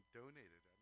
donated